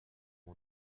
mon